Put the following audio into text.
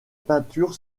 peinture